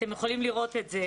אתם יכולים לראות את זה.